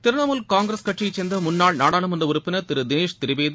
திரிணாமுல் காங்கிரஸ் கட்சியை சேர்ந்த முன்னாள் நாடாளுமன்ற உறுப்பினர் திரு தினேஷ் திரிவேதி